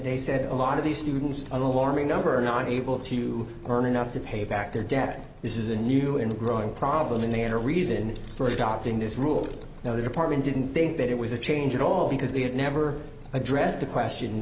they said a lot of these students an alarming number are not able to earn enough to pay back their debt this is a new and growing problem and they had a reason the first drop in this rule now the department didn't think that it was a change at all because they had never addressed the question